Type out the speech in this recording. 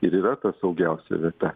ir yra ta saugiausia vieta